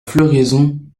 floraison